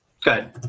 Good